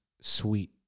sweet